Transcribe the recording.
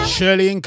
Shirley &